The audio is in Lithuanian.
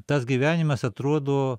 tas gyvenimas atrodo